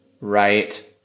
right